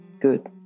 good